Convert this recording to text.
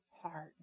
heart